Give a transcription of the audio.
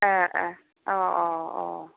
ए ए अ अ अ